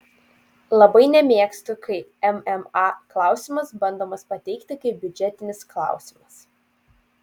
labai nemėgstu kai mma klausimas bandomas pateikti kaip biudžetinis klausimas